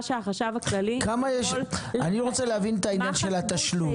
שהחשב הכללי --- אני רוצה להבין את עניין התשלום.